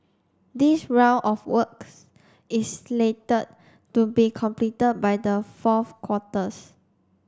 this round of works is slated to be completed by the fourth quarters